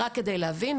רק כדי להבין,